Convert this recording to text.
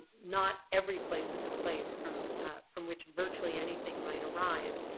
not every place as a place from from which virtually anything might arise.